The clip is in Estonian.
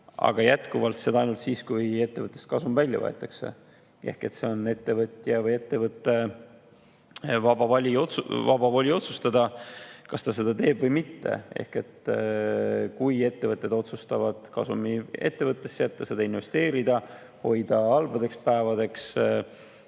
seda jätkuvalt ainult siis, kui ettevõtete kasum välja võetakse. See on ettevõtja või ettevõtte vaba voli otsustada, kas ta seda teeb või mitte. Kui ettevõtted otsustavad kasumi ettevõttesse jätta, selle investeerida, hoida halbadeks päevadeks